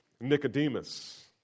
Nicodemus